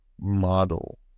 model